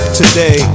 today